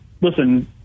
listen